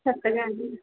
सप्तगानानि